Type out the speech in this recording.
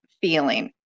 feeling